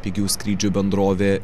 pigių skrydžių bendrovė